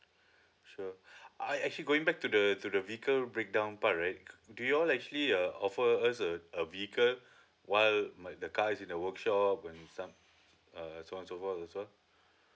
sure uh actually going back to the to the vehicle break down part right do you all actually uh offer us a a vehicle while my the car is in the workshop and some uh so on and so forth as well